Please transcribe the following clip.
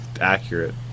Accurate